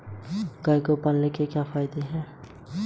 Debit card number और CVV देना सुरक्षित है?